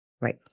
right